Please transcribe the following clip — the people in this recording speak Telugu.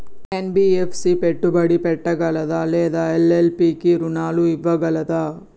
ఎన్.బి.ఎఫ్.సి పెట్టుబడి పెట్టగలదా లేదా ఎల్.ఎల్.పి కి రుణాలు ఇవ్వగలదా?